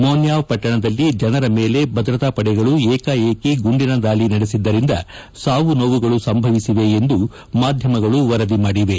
Monywa ಪಟ್ಟಣದಲ್ಲಿ ಜನರ ಮೇಲೆ ಭದ್ರತಾಪಡೆಗಳು ಏಕಾಏಕಿ ಗುಂಡಿನ ದಾಳಿ ನಡೆಸಿದ್ದರಿಂದ ಸಾವು ನೋವುಗಳು ಸಂಭವಿಸಿವೆ ಎಂದು ಮಾಧ್ಯಮಗಳು ವರದಿ ಮಾಡಿವೆ